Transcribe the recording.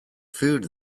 food